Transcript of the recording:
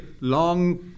long